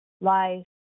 life